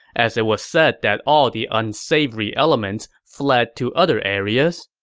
as it was said that all the unsavory elements fled to other areas.